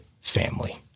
family